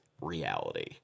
reality